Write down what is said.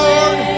Lord